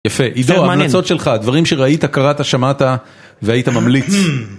יפה, עידו, המלצות שלך, דברים שראית, קראת, שמעת והיית ממליץ